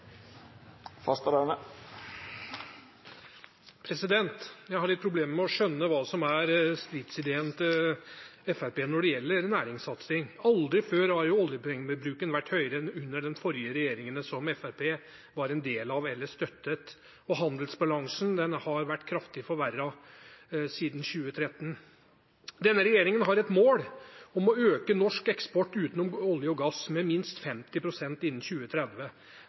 Jeg har litt problemer med å skjønne hva som er Fremskrittspartiets stridsidé når det gjelder næringssatsing. Aldri før har oljepengebruken vært høyere enn under de forrige regjeringene som Fremskrittspartiet var en del av eller støttet. Handelsbalansen har også blitt kraftig forverret siden 2013. Denne regjeringen har et mål om å øke norsk eksport – utenom olje og gass – med minst 50 pst. innen 2030.